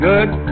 Good